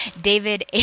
David